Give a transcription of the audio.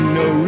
no